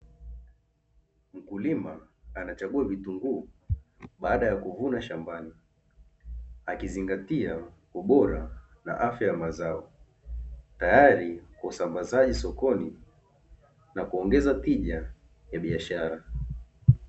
Mkulima anachagua vitunguu baada ya kuvuna shambani, akizingatia ubora na afya ya mazao, tayari kwa usambazaji sokoni na kuongeza tija ya bishara.